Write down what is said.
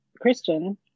Christian